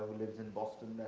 lives in boston,